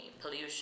pollution